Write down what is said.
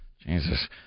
Jesus